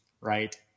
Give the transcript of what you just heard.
right